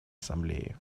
ассамблеи